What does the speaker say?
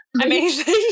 Amazing